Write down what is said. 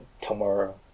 tomorrow